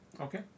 Okay